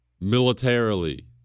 militarily